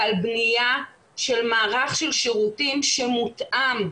ועל בניה של מערך של שירותים שמותאם,